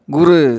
Guru